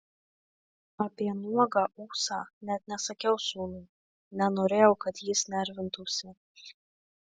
apie nuogą ūsą net nesakiau sūnui nenorėjau kad jis nervintųsi